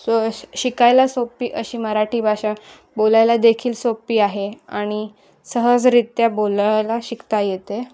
so शिकायला सोपी अशी मराठी भाषा बोलायला देखील सोपी आहे आणि सहजरित्या बोलायला शिकता येते